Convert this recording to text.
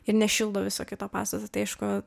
ir nešildo viso kito pastato tai aišku